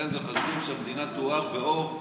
את זה המדינה ולכן זה חשוב שהמדינה תואר באור מכובד.